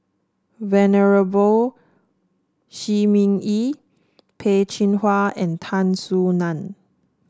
Venerable Shi Ming Yi Peh Chin Hua and Tan Soo Nan